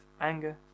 anger